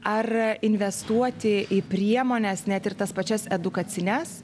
ar investuoti į priemones net ir tas pačias edukacines